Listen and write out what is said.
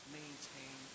maintain